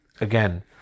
again